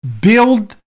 Build